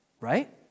Right